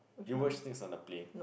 you watch things on the plane